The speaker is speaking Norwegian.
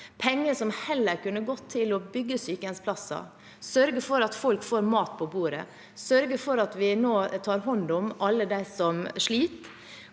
penger som heller kunne gått til å bygge sykehjemsplasser, til å sørge for at folk får mat på bordet, og til å sørge for at vi nå tar hånd om alle dem som sliter.